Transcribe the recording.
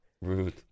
Rude